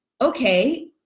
okay